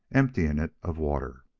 emptying it of water.